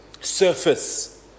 surface